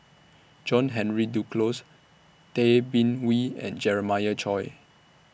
John Henry Duclos Tay Bin Wee and Jeremiah Choy